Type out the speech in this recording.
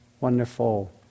wonderful